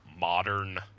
modern